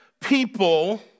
people